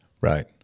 Right